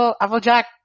Applejack